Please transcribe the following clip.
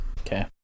Okay